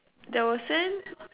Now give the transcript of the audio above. that was in